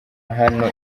hano